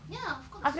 ya of course